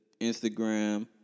Instagram